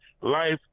life